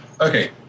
Okay